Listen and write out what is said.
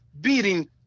beating